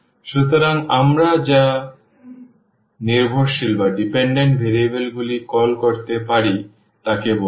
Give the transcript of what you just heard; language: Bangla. সুতরাং আমরা যে নির্ভরশীল ভেরিয়েবল গুলি কল করতে পারি তাকে বলা হয়